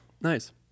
Nice